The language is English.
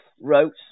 wrote